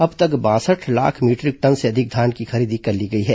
अब तक बासठ लाख मीटरिक टन से अधिक धान की खरीदी कर ली गई है